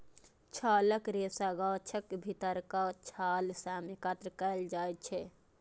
छालक रेशा गाछक भीतरका छाल सं एकत्र कैल जाइ छै